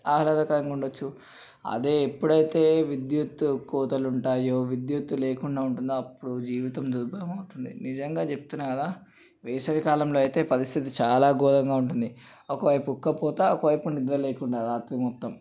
ఆహ్లాదకరంగా ఉండవచ్చు అదే ఎప్పుడైతే విద్యుత్ కోతలు ఉంటాయో విద్యుత్తు లేకుండా ఉంటుందో అప్పుడు జీవితం దుర్భలం అవుతుంది నిజంగా చెప్తున్నా కదా వేసవికాలంలో అయితే పరిస్థితి చాలా ఘోరంగా ఉంటుంది ఒకవైపు ఉక్క పోత ఒకవైపు నిద్ర లేకుండా రాత్రి మొత్తం